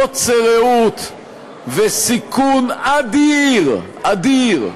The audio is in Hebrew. קוצר ראות וסיכון אדיר, אדיר,